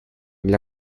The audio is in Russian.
для